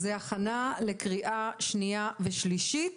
זו הכנה לקריאה שנייה ושלישית.